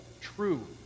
true